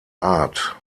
art